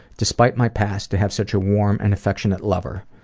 despite my past, i have such a warm and affectionate lover.